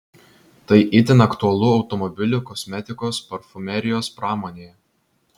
tai itin aktualu automobilių kosmetikos parfumerijos pramonėje